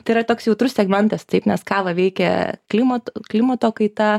tai yra toks jautrus segmentas taip nes kava veikia klimato klimato kaitą